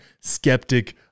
skeptic